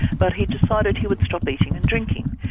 but he decided he would stop eating and drinking,